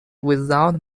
without